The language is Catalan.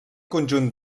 conjunt